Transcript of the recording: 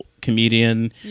comedian